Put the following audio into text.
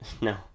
No